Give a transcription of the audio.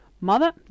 Mother